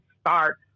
start